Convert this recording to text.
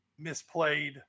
misplayed